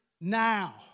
now